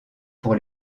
pour